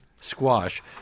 Squash